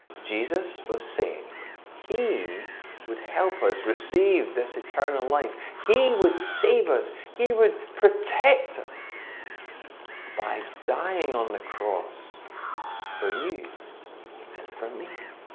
jesus was saying he would help us receive this eternal life, he would save us, he would protect us by dying on the cross for you and for me.